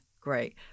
great